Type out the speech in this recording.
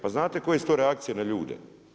Pa znate koje su to reakcije na ljude?